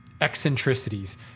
eccentricities